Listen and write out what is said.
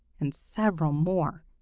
and several more,